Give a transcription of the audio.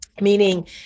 Meaning